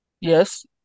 Yes